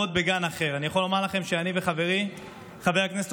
אני יכול לומר לכם שאני וחברי חבר הכנסת